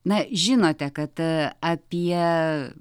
na žinote kad apie